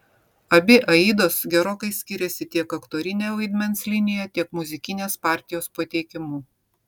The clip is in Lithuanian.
abi aidos gerokai skiriasi tiek aktorine vaidmens linija tiek muzikinės partijos pateikimu